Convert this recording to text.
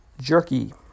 jerky